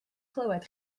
clywed